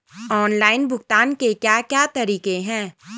Online भुगतान के क्या क्या तरीके हैं?